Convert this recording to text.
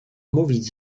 mówić